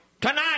Tonight